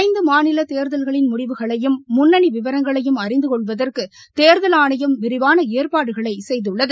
ஐந்து மாநில தேர்தல்களின் முடிவுகளையும் முன்னணி விவரங்களையும் அழிந்து கொள்வதற்கு தேர்தல் ஆணையம் விரிவான ஏற்பாடுகளை செய்துள்ளது